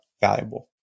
valuable